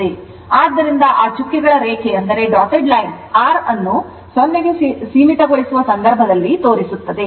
ಆದ್ದರಿಂದ ಆ ಚುಕ್ಕೆಗಳ ರೇಖೆ R ಅನ್ನು 0 ಕ್ಕೆ ಸೀಮಿತಗೊಳಿಸುವ ಸಂದರ್ಭದಲ್ಲಿ ತೋರಿಸುತ್ತದೆ